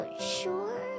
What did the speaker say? sure